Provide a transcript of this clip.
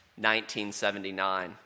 1979